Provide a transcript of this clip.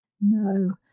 no